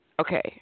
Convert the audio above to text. Okay